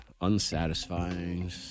unsatisfying